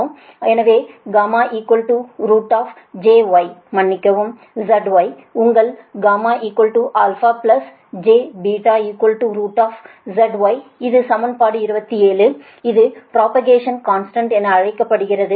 எனவே γ jy மன்னிக்கவும் zy உங்கள் γ α jβ zy இது சமன்பாடு 27 அது ப்ரோபகேஸன் கான்ஸ்டன்ட் என அழைக்கப்படுகிறது